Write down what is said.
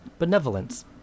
benevolence